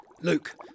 Luke